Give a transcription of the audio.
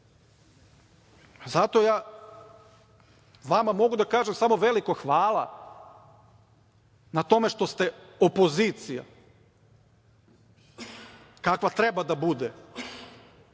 mnogo jaki. Vama mogu da kažem samo veliko hvala na tome što ste opozicija kakva treba da bude.